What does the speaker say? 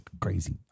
crazy